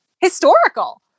historical